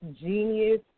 genius